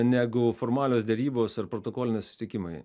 negu formalios derybos ir protokoliniai susitikimai